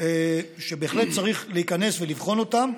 שבהחלט צריך להיכנס ולבחון אותו,